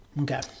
Okay